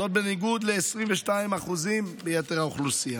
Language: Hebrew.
זאת בניגוד ל-22% ביתר האוכלוסייה.